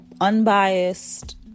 unbiased